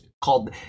called